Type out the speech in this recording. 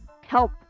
help